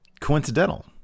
coincidental